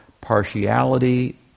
partiality